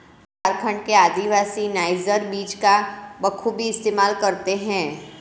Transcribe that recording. झारखंड के आदिवासी नाइजर बीज का बखूबी इस्तेमाल करते हैं